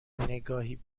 نگاهی